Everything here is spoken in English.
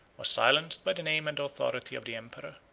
was silenced by the name and authority of the emperor.